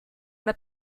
alla